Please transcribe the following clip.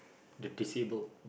the disabled